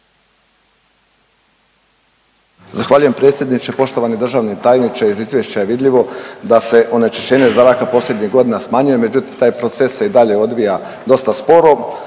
Zahvaljujem predsjedniče. Poštovani državni tajniče, iz izvješća je vidljivo da se onečišćenje zraka posljednjih godina smanjuje, međutim taj proces se i dalje odvija dosta sporo.